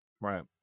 right